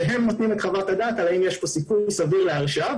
והם נותנים חוות דעת האם יש סיכוי סביר להרשעה.